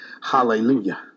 Hallelujah